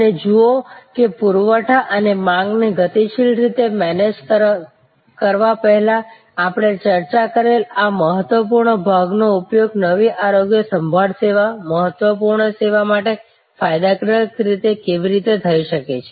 અને જુઓ કે પુરવઠા અને માંગને ગતિશીલ રીતે મેનેજ કરવા પહેલાં આપણે ચર્ચા કરેલ આ મહત્વપૂર્ણ ભાગનો ઉપયોગ નવી આરોગ્ય સંભાળ સેવા મહત્વપૂર્ણ સેવા માટે ફાયદાકારક રીતે કેવી રીતે થઈ શકે છે